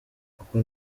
kuko